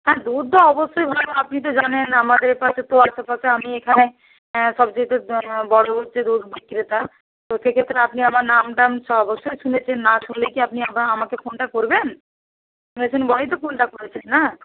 হ্যাঁ দুধ তো অবশ্যই ভালো আপনি তো জানেন আমাদের কাছে তো আশেপাশে আমি এখানে সব চাইতে বড়ো হচ্ছে দুধ বিক্রেতা তো সেক্ষেত্রে আপনি আমার নামদ টাম সব অবশ্যই শুনেছেন না শুনলে কি আপনি আবা আমাকে ফোনটা করবেন শুনেছেন বলেই তো ফোনটা করেছেন না